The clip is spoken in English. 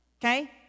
okay